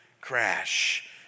crash